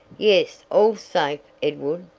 yes, all safe, edward.